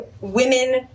women